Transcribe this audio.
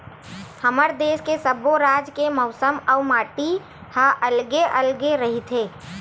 हमर देस के सब्बो राज के मउसम अउ माटी ह अलगे अलगे रहिथे